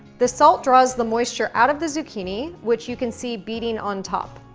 the salt draws the moisture out of the zucchini, which you can see beading on top.